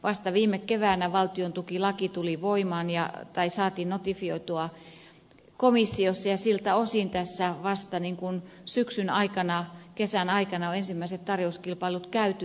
vasta viime keväänä valtiontukilaki saatiin notifioitua komissiossa ja siltä osin tässä vasta syksyn aikana kesän aikana on ensimmäiset tarjouskilpailut käyty